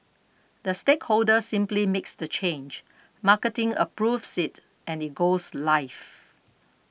the stakeholder simply makes the change marketing approves it and it goes live